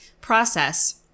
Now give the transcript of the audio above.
process